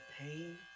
pain